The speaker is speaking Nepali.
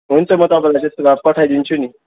हुन्छ म तपाईँलाई त्यसो भए पठाइदिन्छु नि